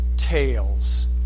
tales